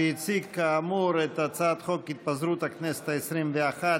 שהציג כאמור את הצעת חוק התפזרות הכנסת העשרים-ואחת,